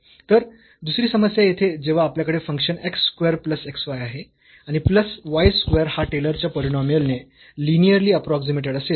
तर दुसरी समस्या येथे जेव्हा आपल्याकडे function x square plus xy आहे आणि प्लस y स्क्वेअर हा टेलर च्या पॉलिनॉमियलने लिनीअर्ली अप्रोक्सीमेटेड असेल